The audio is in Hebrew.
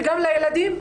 וגם לילדים.